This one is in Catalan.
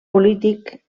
polític